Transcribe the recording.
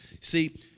see